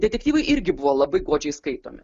detektyvai irgi buvo labai godžiai skaitomi